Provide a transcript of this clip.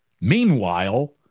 Meanwhile